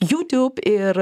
youtube ir